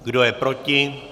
Kdo je proti?